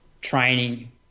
training